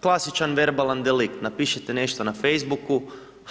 Klasičan verbalan delikt, napišete nešto na facebooku,